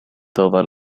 toda